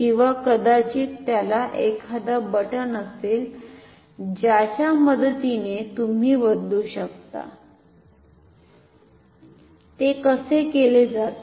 किंवा कदाचित त्याला एखादा बट्न असेल ज्याच्या मदतीने तुम्ही बदलू शकता ते कसे केले जाते